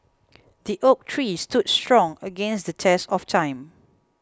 the oak tree stood strong against the test of time